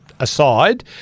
aside